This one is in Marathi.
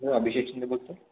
हो अभिषेक शिंदे बोलतो आहे